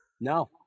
No